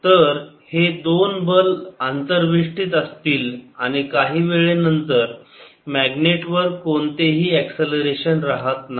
तर हे दोन बल अंतरवेष्टित असतील आणि काही वेळेनंतर मॅग्नेट वर कोणतेही एक्सलरेशन राहत नाही